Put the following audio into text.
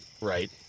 Right